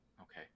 Okay